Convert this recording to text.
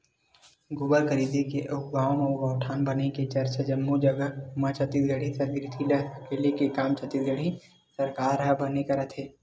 गोबर खरीदे के अउ गाँव म गौठान बनई के चरचा जम्मो जगा म हे छत्तीसगढ़ी संस्कृति ल सकेले के काम छत्तीसगढ़ सरकार ह बने करत हे